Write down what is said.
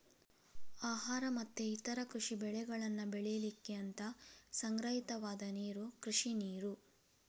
ಆಹಾರ ಮತ್ತೆ ಇತರ ಕೃಷಿ ಬೆಳೆಗಳನ್ನ ಬೆಳೀಲಿಕ್ಕೆ ಅಂತ ಸಂಗ್ರಹಿತವಾದ ನೀರು ಕೃಷಿ ನೀರು